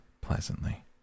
pleasantly